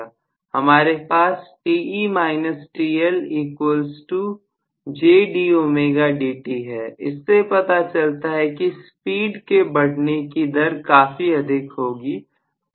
हमारे पास है इससे पता चलता है कि स्पीड के बढ़ने की दर काफी अधिक होगी